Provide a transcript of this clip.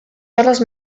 hores